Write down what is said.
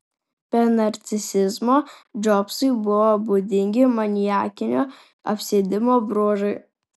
be narcisizmo džobsui buvo būdingi maniakinio apsėdimo bruožai